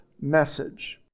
message